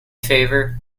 favor